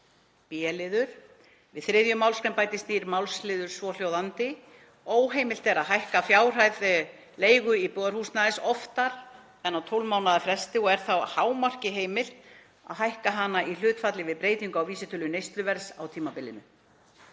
annað. b. Við 3. mgr. bætist nýr málsliður, svohljóðandi: Óheimilt er að hækka fjárhæð leigu íbúðarhúsnæðis oftar en á 12 mánaða fresti og er þá að hámarki heimilt að hækka hana í hlutfalli við breytingu á vísitölu neysluverðs á tímabilinu.